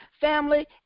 Family